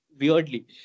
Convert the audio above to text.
weirdly